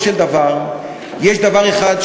טוב מאוד,